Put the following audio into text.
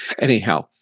Anyhow